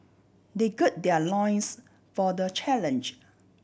they gird their loins for the challenge